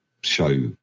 show